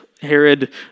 Herod